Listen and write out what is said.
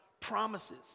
promises